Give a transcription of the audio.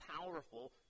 powerful